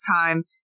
time